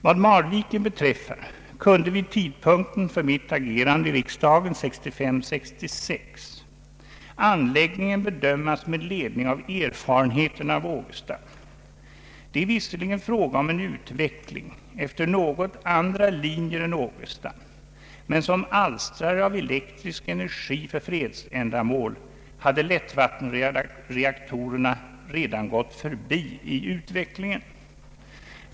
Vad Marviken beträffar, kunde vid tidpunkten för mitt agerande i riksdagen 1965—1966 anläggningen bedömas med ledning av erfarenheten i Ågesta. Det är visserligen fråga om en utveckling efter något andra linjer än i Ågesta men som alstrare av elektrisk energi för fredsändamål hade lättvattenreaktorerna redan gått förbi i utvecklingen.